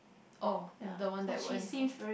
oh the one that I went for